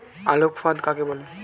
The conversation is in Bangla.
আলোক ফাঁদ কাকে বলে?